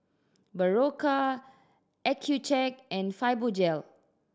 Berocca Accucheck and Fibogel